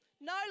no